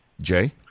Jay